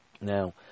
Now